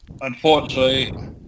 unfortunately